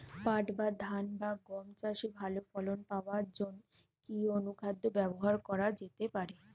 পাট বা ধান বা গম চাষে ভালো ফলন পাবার জন কি অনুখাদ্য ব্যবহার করা যেতে পারে?